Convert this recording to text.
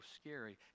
scary